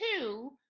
two